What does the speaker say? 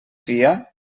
fia